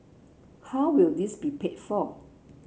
how will this be paid for